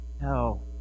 No